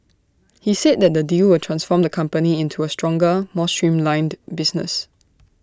he said the deal will transform the company into A stronger more streamlined business